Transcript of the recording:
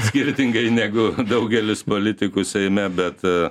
skirtingai negu daugelis politikų seime bet